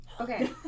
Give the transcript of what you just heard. Okay